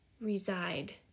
reside